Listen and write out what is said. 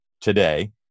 today